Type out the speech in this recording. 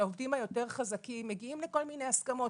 שהעובדים היותר חזקים מגיעים לכל מיני הסכמות,